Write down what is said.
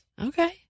Okay